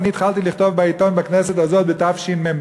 אני התחלתי לכתוב בעיתון בכנסת הזאת בתשמ"ב,